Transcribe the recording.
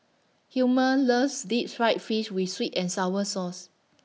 Hilmer loves Deep Fried Fish with Sweet and Sour Sauce